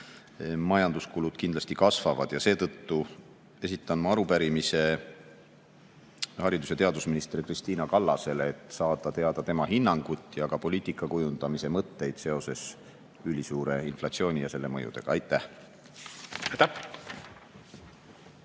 majanduskulud kindlasti kasvavad. Seetõttu esitan ma arupärimise haridus‑ ja teadusminister Kristiina Kallasele, et saada teada tema hinnangut ja ka poliitika kujundamise mõtteid seoses ülisuure inflatsiooni ja selle mõjudega. Aitäh!